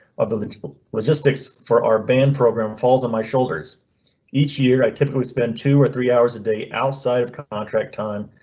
other little logistics for our band program falls on my shoulders each year. i typically spend two or three hours a day outside of contract time,